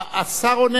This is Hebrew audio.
אתה היוזם.